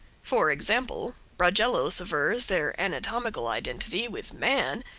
for example, bragellos avers their anatomical identity with man,